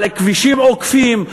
על כבישים עוקפים,